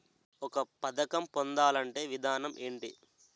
ఒక పథకం పొందాలంటే విధానం ఏంటి?